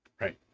Right